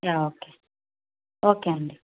yeah okay okay అండి